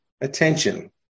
attention